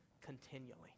continually